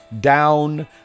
down